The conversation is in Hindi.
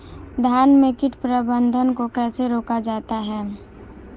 धान में कीट प्रबंधन को कैसे रोका जाता है?